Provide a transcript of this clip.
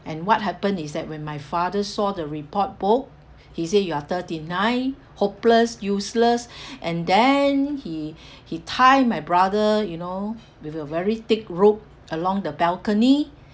and what happened is that when my father saw the report book he say you are thirty nine hopeless useless and then he he tie my brother you know with a very thick rope along the balcony